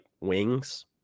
wings